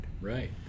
Right